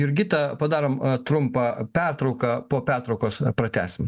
jurgita padarom trumpą pertrauką po pertraukos pratęsim